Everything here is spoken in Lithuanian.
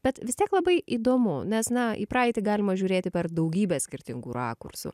bet vis tiek labai įdomu nes na į praeitį galima žiūrėti per daugybę skirtingų rakursų